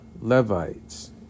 Levites